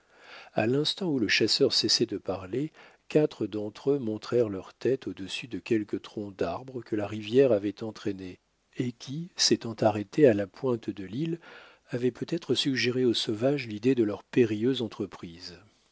à l'instant où le chasseur cessait de parler quatre d'entre eux montrèrent leur tête au-dessus de quelques troncs d'arbres que la rivière avait entraînés et qui s'étant arrêtés à la pointe de l'île avaient peut-être suggéré aux sauvages l'idée de leur périlleuse entreprise